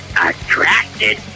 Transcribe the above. attracted